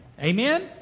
Amen